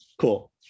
cool